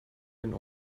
den